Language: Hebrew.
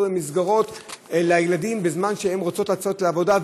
מסגרות לילדים בזמן שהן רוצות לצאת לעבודה,